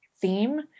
theme